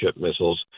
missiles